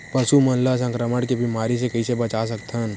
पशु मन ला संक्रमण के बीमारी से कइसे बचा सकथन?